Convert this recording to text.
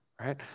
right